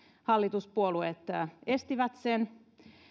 hallituspuolueet estivät sen